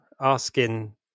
asking